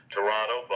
Toronto